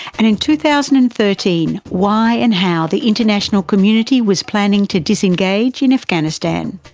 and in two thousand and thirteen, why and how the international community was planning to disengage in afghanistan.